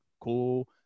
cool